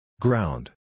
Ground